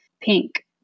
pink